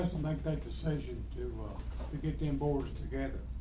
decision to get game boards together,